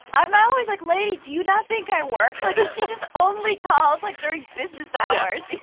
i'm always like, lady, do you not think i work? like. she just only calls, like, during business hours, you